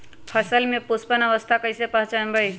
फसल में पुष्पन अवस्था कईसे पहचान बई?